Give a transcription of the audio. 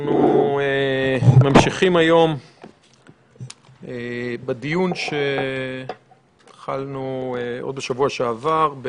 אנחנו ממשיכים היום בדיון שהתחלנו עוד בשבוע שעבר,